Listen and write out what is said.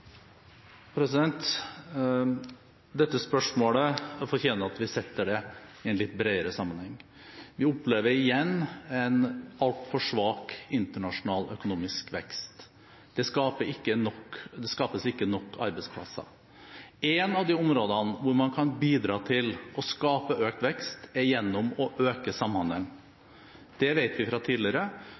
Dette spørsmålet fortjener at vi setter det inn i en litt bredere sammenheng. Vi opplever igjen en altfor svak internasjonal økonomisk vekst. Det skapes ikke nok arbeidsplasser. Et av de områdene hvor man kan bidra til å skape økt vekst, er gjennom å øke samhandelen. Det vet vi fra tidligere.